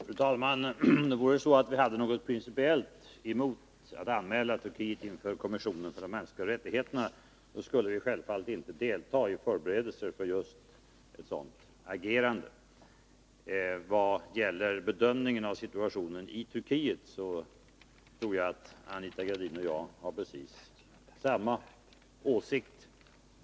Fru talman! Om det vore så att vi hade något principiellt emot att anmäla Turkiet inför kommissionen för de mänskliga rättigheterna, skulle vi självfallet inte delta i förberedelserna för just ett sådant agerande. Vad gäller bedömningen av situationen i Turkiet tror jag att Anita Gradin och jag har precis samma åsikt.